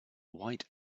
white